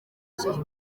gihe